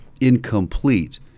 incomplete